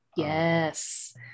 Yes